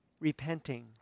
repenting